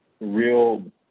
real